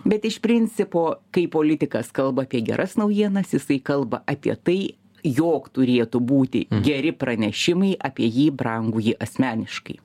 bet iš principo kai politikas kalba apie geras naujienas jisai kalba apie tai jog turėtų būti geri pranešimai apie jį brangųjį asmeniškai